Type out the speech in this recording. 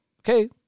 Okay